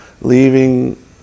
leaving